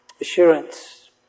Assurance